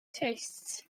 tastes